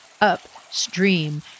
upstream